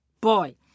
Boy